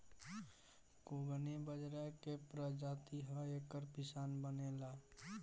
कुगनी बजरा के प्रजाति ह एकर पिसान बनेला